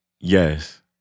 yes